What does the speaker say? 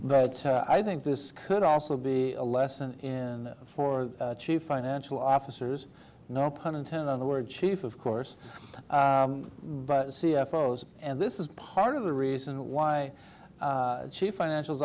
but i think this could also be a lesson in for chief financial officers no pun intended on the word chief of course but c f o's and this is part of the reason why chief financial